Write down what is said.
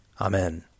Amen